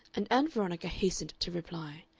and ann veronica hastened to reply,